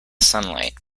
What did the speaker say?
sunlight